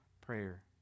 prayer